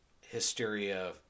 Hysteria